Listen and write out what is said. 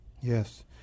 yes